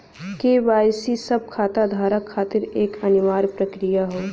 KYC सब खाता धारक खातिर एक अनिवार्य प्रक्रिया हौ